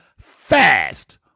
Fast